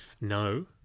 No